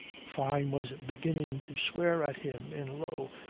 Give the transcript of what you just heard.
fyne was beginning to swear at him in low,